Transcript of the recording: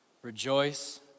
Rejoice